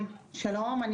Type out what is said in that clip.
שלום,